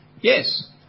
Yes